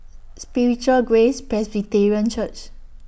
Spiritual Grace Presbyterian Church